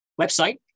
website